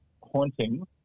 haunting